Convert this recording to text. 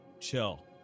chill